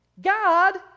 God